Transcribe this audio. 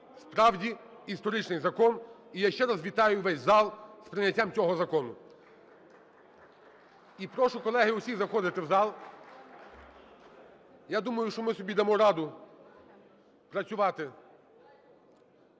справді, історичний закон. І я ще раз вітаю весь зал з прийняттям цього закону. І прошу, колеги, усіх заходити в зал. Я думаю, що ми собі дамо раду працювати